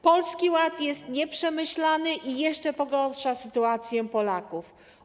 Polski Ład jest nieprzemyślany i jeszcze pogarsza sytuację Polaków.